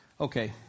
Okay